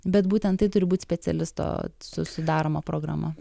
bet būtent tai turi būt specialisto susidaroma programa